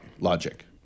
logic